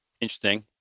interesting